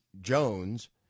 Jones